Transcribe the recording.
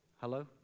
Hello